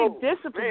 discipline